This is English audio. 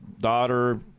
daughter